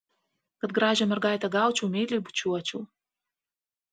kad gražią mergaitę gaučiau meiliai bučiuočiau